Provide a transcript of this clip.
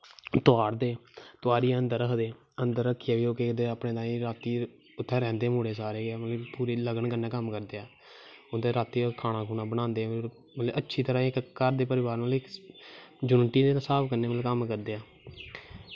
तोआरदे तोआरियै अन्दर रखदे अन्दर रक्खियै ते अपनें तांई उत्थें रैंह्दे मुड़े मतलव लगन् कन्नैं कम्म करदे ऐं उत्थें रातीं खाना खूनां बनांदे ऐं फिर अच्छी करां इक घर ते परिवार मतलव युनिटी दे हिसाब कन्नैं कम्म करदे ऐं